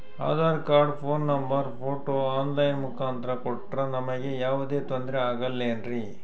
Aadhaar card, phone number, photo online ಮುಖಾಂತ್ರ ಕೊಟ್ರ ನಮಗೆ ಯಾವುದೇ ತೊಂದ್ರೆ ಆಗಲೇನ್ರಿ?